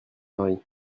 marie